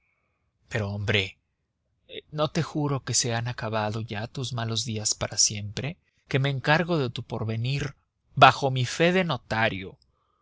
pero hombre no te juro que se han acabado ya tus malos días para siempre que me encargo de tu porvenir bajo mi fe de notario